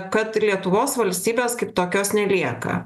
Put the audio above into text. kad ir lietuvos valstybės kaip tokios nelieka